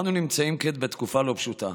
אנו נמצאים כעת בתקופה לא פשוטה.